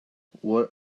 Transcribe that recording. what